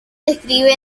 describe